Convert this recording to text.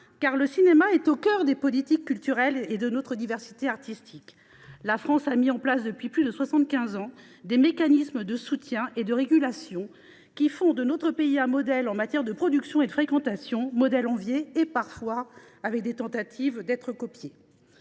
car le cinéma est au cœur des politiques culturelles et de notre diversité artistique. La France a mis en place, depuis plus de soixante quinze ans, des mécanismes de soutien et de régulation qui font de notre pays un modèle en matière de production et de fréquentation, modèle que l’on nous envie et que